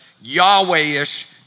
Yahweh-ish